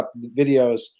videos